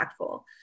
impactful